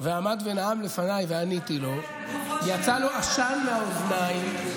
ועמד ונאם לפניי ועניתי לו, יצא לו עשן מהאוזניים,